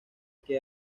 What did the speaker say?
que